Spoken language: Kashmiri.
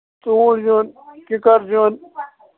توٗرۍ زِیُن کِکر زیُن